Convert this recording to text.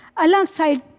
alongside